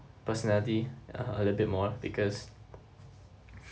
personality a little bit more because